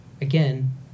again